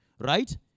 right